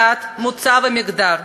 דת, מוצא ומגדר,